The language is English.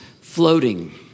floating